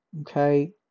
Okay